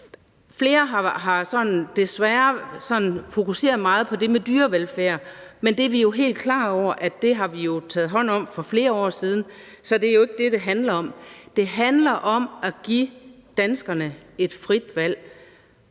flere desværre har fokuseret meget på det med dyrevelfærd, men vi er jo helt klar over, at vi herinde har taget hånd om det for flere år siden, så det er jo ikke det, det handler om. Det handler om at give danskerne et frit valg